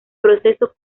proceso